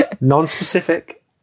non-specific